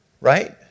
Right